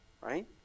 right